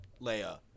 Leia